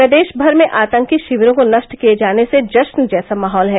प्रदेशभर में आतंकी शिवरो को नष्ट किए जाने से जश्न जैसा माहौल है